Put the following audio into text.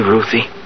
Ruthie